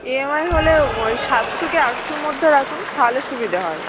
EMI হলে ওই সাতশো কি আটশোর মধ্যে রাখুন তাহলে সুবিধে হয়